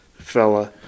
fella